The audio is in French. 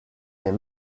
est